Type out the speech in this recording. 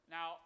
Now